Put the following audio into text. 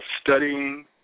studying